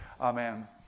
Amen